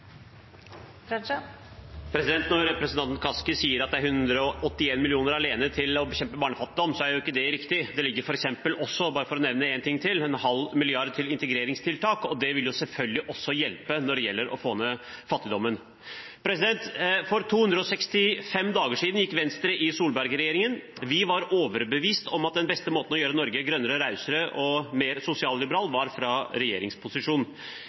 alene til å bekjempe barnefattigdom, er ikke det riktig. Det ligger f.eks. også – bare for å nevne en ting til – en halv milliard til integreringstiltak. Det vil selvfølgelig også hjelpe når det gjelder å få ned fattigdommen. For 265 dager siden gikk Venstre inn i Solberg-regjeringen. Vi var overbevist om at den beste måten å gjøre Norge grønnere, rausere og mer sosialliberal på var fra